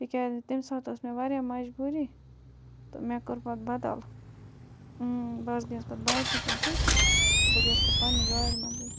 تِکیٛازِ تَمہِ ساتہٕ ٲس مےٚ واریاہ مَجبوٗری تہٕ مےٚ کوٚر پَتہٕ بَدَل بہٕ حظ گٔیَس پَتہٕ بایکہِ پٮ۪ٹھٕے تہٕ بہٕ گٔیَس پَتہٕ پَنٛنہِ گاڑِ منٛزٕے